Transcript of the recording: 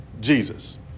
Jesus